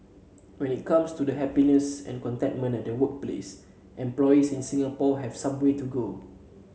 when it comes to the happiness and contentment at the workplace employees in Singapore have some way to go